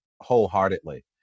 Wholeheartedly